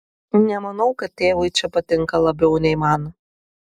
nemanau kad tėvui čia patinka labiau nei man